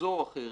כזו או אחרת,